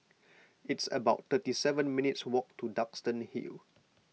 it's about thirty seven minutes' walk to Duxton Hill